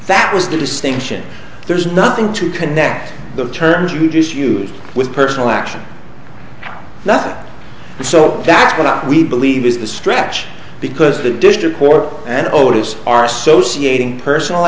that was the distinction there's nothing to connect the terms you just used with personal action not so that's what we believe is the stretch because the district court and oldest are associating personal